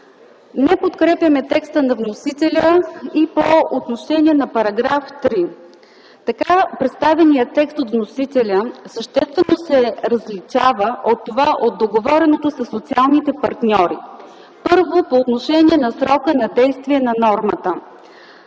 Не подкрепяме текста на вносителя и по отношение на § 3. Така представения от вносителя текст съществено се различава от договореното със социалните партньори. Първо, по отношение срока на действие на нормата.